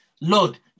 Lord